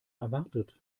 erwartet